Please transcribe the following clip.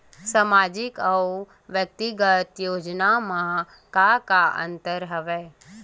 सामाजिक अउ व्यक्तिगत योजना म का का अंतर हवय?